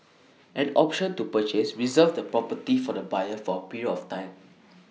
an option to purchase reserves the property for the buyer for A period of time